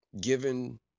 given